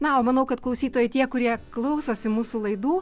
na o manau kad klausytojai tie kurie klausosi mūsų laidų